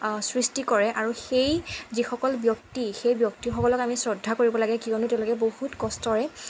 সৃষ্টি কৰে আৰু সেই যিসকল ব্যক্তি সেই ব্যক্তিসকলক আমি শ্ৰদ্ধা কৰিব লাগে কিয়নো তেওঁলোকে বহুত কষ্টেৰে